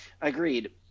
Agreed